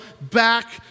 back